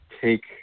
take